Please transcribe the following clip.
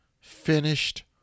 finished